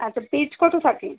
হ্যাঁ তো পেজ কত থাকে